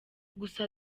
gusa